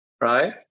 right